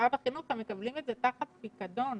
ממשרד החינוך הם מקבלים את זה תחת פיקדון